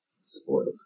spoiled